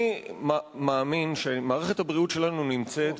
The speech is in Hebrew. אני מאמין שמערכת הבריאות שלנו נמצאת,